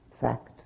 fact